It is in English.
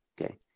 Okay